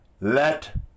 Let